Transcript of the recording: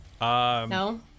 No